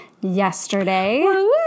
yesterday